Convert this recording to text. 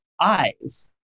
eyes